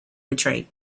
betrayed